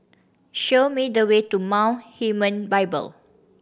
show me the way to Mount Hermon Bible